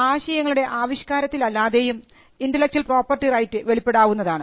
ആശയങ്ങളുടെ ആവിഷ്കാരത്തിൽ അല്ലാതെയും ഇന്റെലക്ച്വൽ പ്രോപ്പർട്ടി റൈറ്റ് വെളിപ്പെടാവുന്നതാണ്